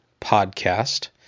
Podcast